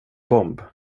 bomb